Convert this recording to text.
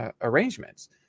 arrangements